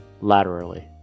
laterally